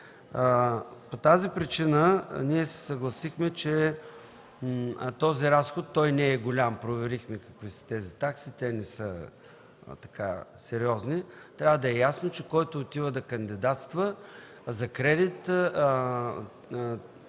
По тази причина ние се съгласихме. Този разход не е голям – проверихме какви са таксите, те не са сериозни. Трябва да е ясно, че който отива да кандидатства за кредит,